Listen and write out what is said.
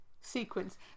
sequence